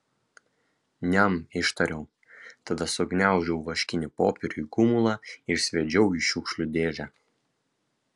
niam ištariau tada sugniaužiau vaškinį popierių į gumulą ir sviedžiau į šiukšlių dėžę